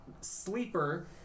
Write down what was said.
sleeper